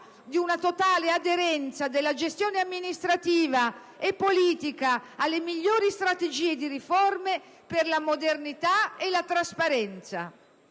di una totale aderenza della gestione amministrativa e politica alle migliori strategie di riforme per la modernità e la trasparenza.